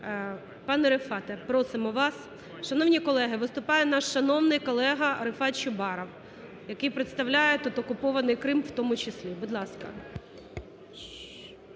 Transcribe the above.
Пане Рефате, просимо вас. Шановні колеги, виступає наш шановний колега Рефат Чубаров, який представляє тут окупований Крим в тому числі. Будь ласка.